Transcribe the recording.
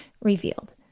revealed